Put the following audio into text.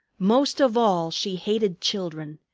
most of all she hated children.